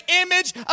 image